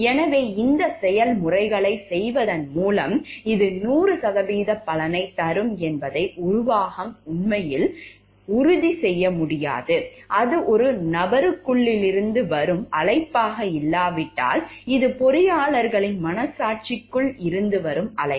எனவே இந்த செயல்முறைகளைச் செய்வதன் மூலம் இது 100 சதவீத பலனைத் தரும் என்பதை நிருவாகம் உண்மையில் உறுதி செய்ய முடியாது அது ஒரு நபருக்குள்ளிருந்து வரும் அழைப்பாக இல்லாவிட்டால் இது பொறியாளர்களின் மனசாட்சிக்குள் இருந்து வரும் அழைப்பு